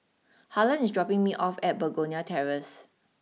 Harlon is dropping me off at Begonia Terrace